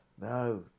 no